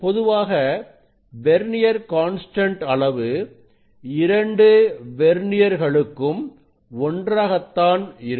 பொதுவாக vernier constant அளவு 2 வெர்னியர்களுக்கும் ஒன்றாகத்தான் இருக்கும்